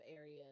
area